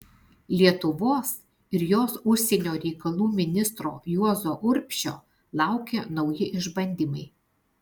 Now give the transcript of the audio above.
lietuvos ir jos užsienio reikalų ministro juozo urbšio laukė nauji išbandymai